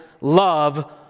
love